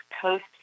Coast